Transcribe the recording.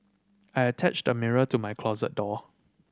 I attached a mirror to my closet door